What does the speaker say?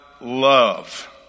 love